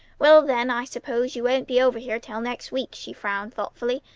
well, then, i suppose you won't be over here till next week, she frowned thoughtfully.